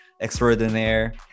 extraordinaire